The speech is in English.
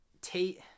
Tate